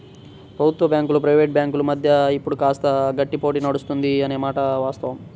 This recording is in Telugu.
ప్రభుత్వ బ్యాంకులు ప్రైవేట్ బ్యాంకుల మధ్య ఇప్పుడు కాస్త గట్టి పోటీ నడుస్తుంది అనే మాట వాస్తవం